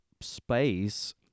space